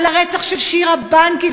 על הרצח של שירה בנקי,